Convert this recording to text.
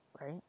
right